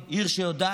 עיר שיודעת